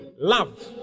love